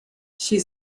she